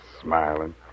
smiling